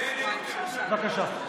בבקשה.